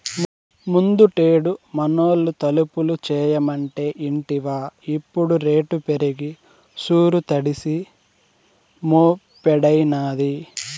ముందుటేడు మనూళ్లో తలుపులు చేయమంటే ఇంటివా ఇప్పుడు రేటు పెరిగి సూరు తడిసి మోపెడైనాది